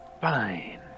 fine